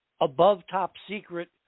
above-top-secret